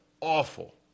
awful